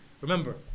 remember